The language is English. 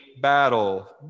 battle